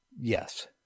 Yes